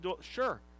Sure